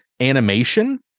animation